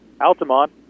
Altamont